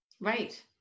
Right